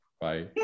Bye